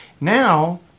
Now